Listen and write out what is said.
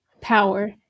power